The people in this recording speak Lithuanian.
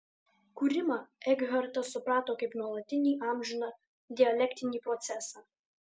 kūrimą ekhartas suprato kaip nuolatinį amžiną dialektinį procesą